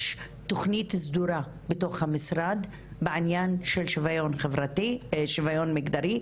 תוכנית סדורה במשרד בענין של שיוויון מגדרי,